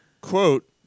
quote